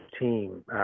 team